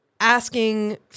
Asking